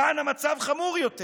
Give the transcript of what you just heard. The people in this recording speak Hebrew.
כאן המצב חמור יותר,